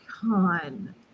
Con